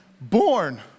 born